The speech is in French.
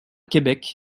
québec